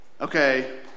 okay